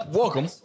welcome